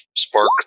Spark